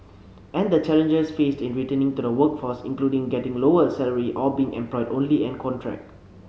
and the challenges faced in returning to the workforce including getting lower salary or being employed only on contract